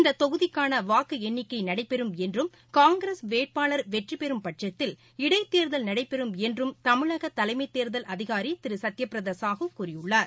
இந்த தொகுதிக்கான வாக்கு எண்ணிக்கையும் நடைபெறும் என்றும் காங்கிரஸ் வேட்பாளர் வெற்றி பெறும் பட்சத்தில் இடைத் தேர்தல் நடைபெறும் என்றும் தமிழக தலைமைத் தேர்தல் அதிகாரி திரு சத்யபிரதா சாஹூ கூறியுள்ளார்